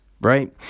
right